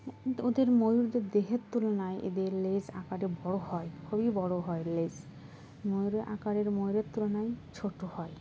ওদের ময়ূরদের দেহের তুলনায় এদের লেজ আকারে বড়ো হয় খুবই বড়ো হয় লেজ ময়ূরের আকারের ময়ূরের তুলনায় ছোটো হয়